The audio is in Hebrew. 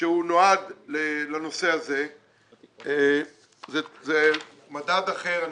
שנועד לנושא הזה, זה מדד אחר.